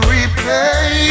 repay